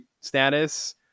status